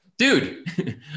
dude